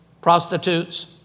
prostitutes